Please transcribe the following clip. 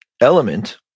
element